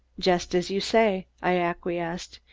just as you say, i acquiesced.